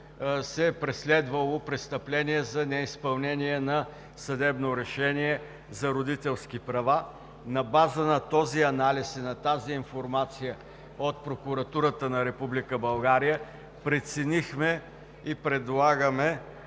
се е преследвало престъпление за неизпълнение на съдебно решение за родителски права. На база на този анализ и на тази информация от Прокуратурата на Република България преценихме и предлагаме